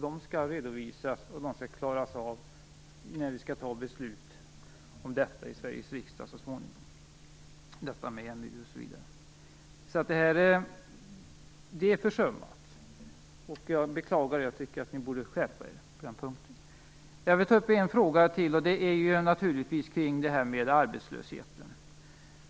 De skall redovisas och klaras av när vi så småningom skall fatta beslut om detta i Sveriges riksdag - beslut om detta med EMU. Det är försummat. Jag beklagar det och tycker att ni borde skärpa er på den punkten. Jag vill ta upp en fråga till. Det rör naturligtvis arbetslösheten.